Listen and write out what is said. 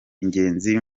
ingenzi